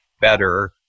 better